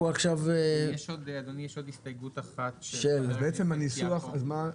יש עוד הסתייגות אחת של חבר הכנסת יעקב אשר.